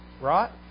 right